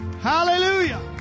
Hallelujah